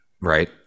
right